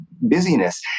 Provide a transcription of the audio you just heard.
busyness